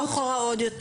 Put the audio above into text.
בואו נחזור אחורה.